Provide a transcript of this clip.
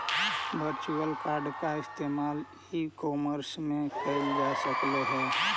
virtual card का इस्तेमाल e commerce में करल जा सकलई हे